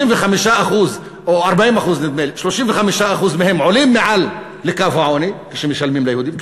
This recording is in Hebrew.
35% מהם עולים מעל לקו העוני כשמשלמים ליהודים.